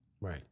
Right